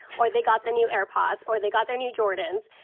or they got the new airpods, or they got their new jordans.